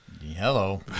Hello